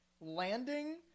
landing